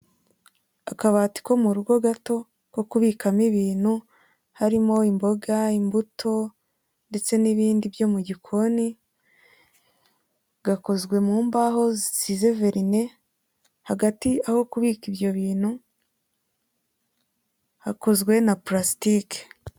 Akabati ko mu rugo gato, ko kubikamo ibintu harimo imboga, imbuto, ndetse n'ibindi byo mu gikoni gakozwe mu mbaho zisize verine, hagati aho kubika ibyo bintu hakozwe na purasitike.